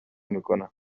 میکنه